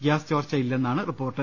gas ചോർച്ചയില്ലെന്നാണ് report